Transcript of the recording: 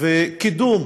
ובקידום